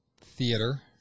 Theater